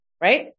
right